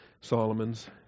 Solomon's